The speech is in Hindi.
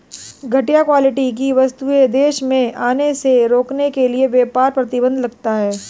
घटिया क्वालिटी की वस्तुएं देश में आने से रोकने के लिए व्यापार प्रतिबंध लगता है